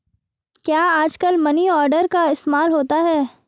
क्या आजकल money order का इस्तेमाल होता है?